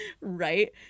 Right